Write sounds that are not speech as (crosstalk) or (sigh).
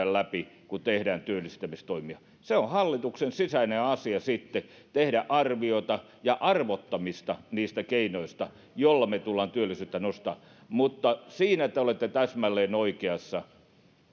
(unintelligible) läpi kun tehdään työllistämistoimia se on hallituksen sisäinen asia sitten tehdä arviota ja arvottamista niistä keinoista joilla me tulemme työllisyyttä nostamaan mutta siinä te olette täsmälleen oikeassa